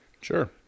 Sure